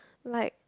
like